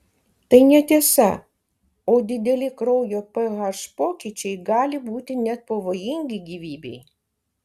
tai netiesa o dideli kraujo ph pokyčiai gali būti net pavojingi gyvybei